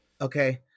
Okay